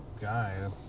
guy